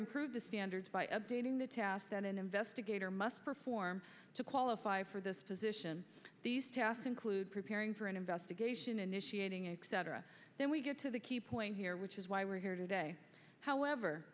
improved the standards by updating the tasks that an investigator must perform to qualify for this position these tasks include preparing for an investigation initiating a then we get to the key point here which is why we're here today however